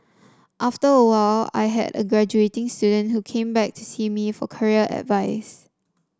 after a while I had a graduating student who came back to see me for career advice